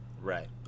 Right